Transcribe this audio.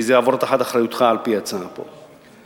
כי זה יעבור לאחריותך על-פי ההצעה פה.